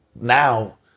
now